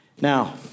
Now